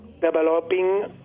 developing